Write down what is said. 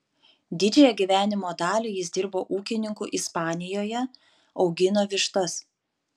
didžiąją gyvenimo dalį jis dirbo ūkininku ispanijoje augino vištas